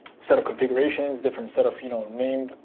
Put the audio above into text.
set of configurations, different set of you know name,